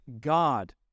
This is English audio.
God